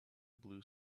blue